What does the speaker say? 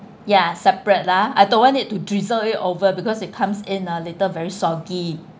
ya separate lah I don't want it to drizzle it over because it comes in ah later very soggy